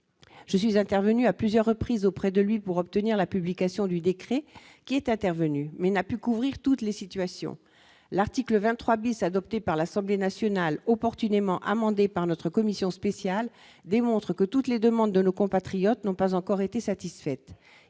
je suis intervenu à plusieurs reprises auprès de lui pour obtenir la publication du décret qui est intervenue, mais n'a pu couvrir toutes les situations, l'article 23 bis adopté par l'Assemblée nationale, opportunément amendé par notre commission spéciale démontre que toutes les demandes de nos compatriotes n'ont pas encore été satisfaites,